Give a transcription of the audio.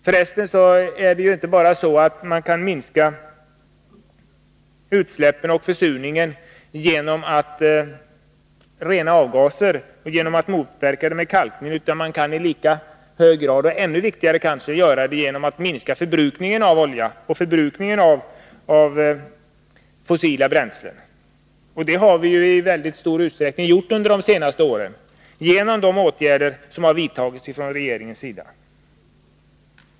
För resten kan man ju inte bara minska utsläppen och försurningen genom att rena avgaser och genom att motverka det hela med kalkning, utan man kan i lika hög grad kanske göra det genom att minska förbrukningen av olja och förbrukningen av fossila bränslen. Detta har vi i mycket stor utsträckning gjort under de senaste åren genom de åtgärder som vidtagits av regeringen.